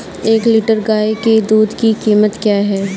एक लीटर गाय के दूध की कीमत क्या है?